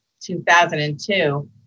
2002